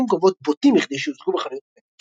קרובות בוטים מכדי שיוצגו בחנויות התקליטים,